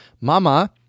Mama